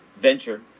venture